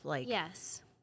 Yes